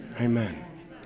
Amen